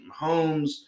Mahomes